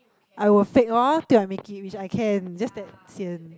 I will fake orh till I make it which I can just that sian